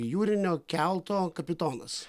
jūrinio kelto kapitonas